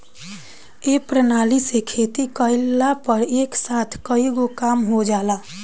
ए प्रणाली से खेती कइला पर एक साथ कईगो काम हो जाला